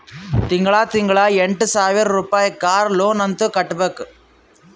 ತಿಂಗಳಾ ತಿಂಗಳಾ ಎಂಟ ಸಾವಿರ್ ರುಪಾಯಿ ಕಾರ್ ಲೋನ್ ಅಂತ್ ಕಟ್ಬೇಕ್